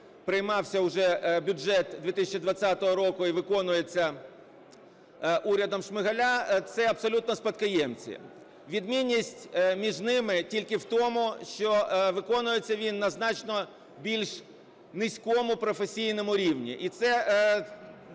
приймався уже бюджет 2020 року, і виконується урядом Шмигаля – це абсолютні спадкоємниці. Відмінність між ними тільки в тому, що виконується він на значно більш низькому професійному рівні.